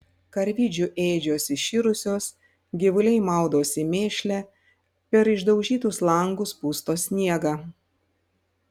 karvidžių ėdžios iširusios gyvuliai maudosi mėšle per išdaužytus langus pusto sniegą